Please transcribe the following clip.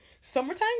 summertime